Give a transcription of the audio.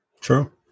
True